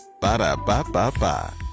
Ba-da-ba-ba-ba